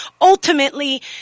ultimately